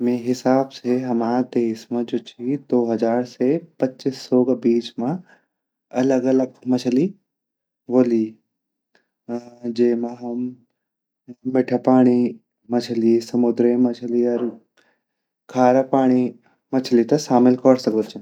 मेरा हिसाब से हमे देश मा दो हज़ार से पच्चीस सो गा बीच मा अलग-अलग मछली वोली जेमा हम मिठा पाणी मछली समुद्रे मछली अर खारा पाणि मछली ते शामिल कोर सकदा छिन।